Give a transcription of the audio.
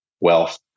wealth